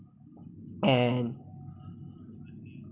and